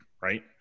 right